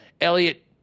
Elliot